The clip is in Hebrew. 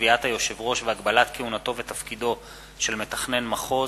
קביעת היושב-ראש והגבלת כהונתו ותפקידו של מתכנן מחוז),